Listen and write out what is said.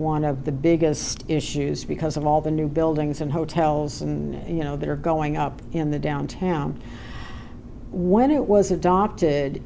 one of the biggest issues because of all the new buildings and hotels and you know that are going up in the downtown when it was adopted